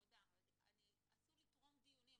מודה, עשו לי טרום דיונים.